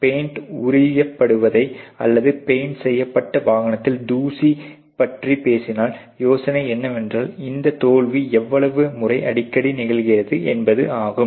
paint உரிக்கப்படுவதை அல்லது paint செய்யப்பட்ட வானத்தில் தூசி பற்றி பேசினால் யோசனை என்னவென்றால் இந்த தோல்வி எவ்வளவு முறை அடிக்கடி நிகழ்கிறது என்பது ஆகும்